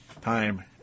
time